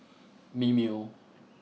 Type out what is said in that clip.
Mimeo